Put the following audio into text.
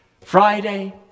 Friday